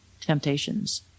temptations